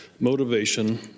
motivation